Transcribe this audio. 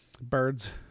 birds